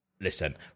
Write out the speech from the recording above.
listen